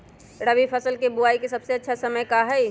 रबी फसल के बुआई के सबसे अच्छा समय का हई?